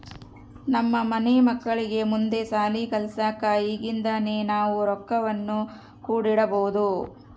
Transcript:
ನಮ್ಮ ಮನೆ ಮಕ್ಕಳಿಗೆ ಮುಂದೆ ಶಾಲಿ ಕಲ್ಸಕ ಈಗಿಂದನೇ ನಾವು ರೊಕ್ವನ್ನು ಕೂಡಿಡಬೋದು